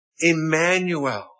Emmanuel